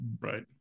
right